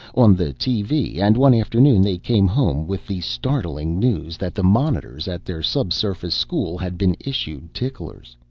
on the tv and one afternoon they came home with the startling news that the monitors at their subsurface school had been issued ticklers.